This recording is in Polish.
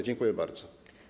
Dziękuję bardzo.